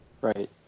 Right